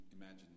imagine